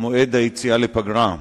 מועד היציאה לפגרה,